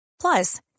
Plus